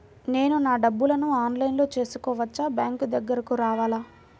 నేను నా డబ్బులను ఆన్లైన్లో చేసుకోవచ్చా? బ్యాంక్ దగ్గరకు రావాలా?